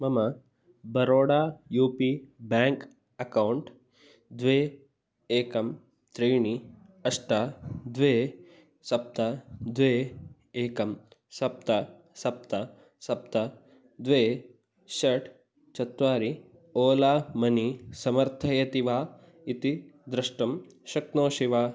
मम Baroda U P bank account द्वे एकं त्रीणि अष्ट द्वे सप्त द्वे एकं सप्त सप्त सप्त द्वे षट् चत्वारि ओला मनी समर्थयति वा इति द्रष्टुं शक्नोषि वा